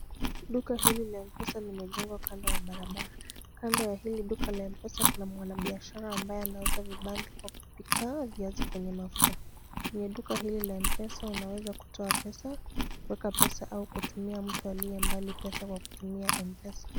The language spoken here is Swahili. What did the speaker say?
Duka hili la M-pesa limejengwa kando ya barabara. Kando ya hili duka la M-pesa kuna mwanabiashara ambaye anauza vibanzi kwa kupika viazi kwenye mafuta. Kwenye duka hili la M-pesa unaweza kuweka pesa, kutoa pesa au kutumia mtu aliye mbali pesa kwa kutumia M-pesa.